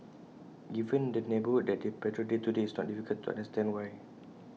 given the neighbourhood that they patrol day to day it's not difficult to understand why